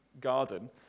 garden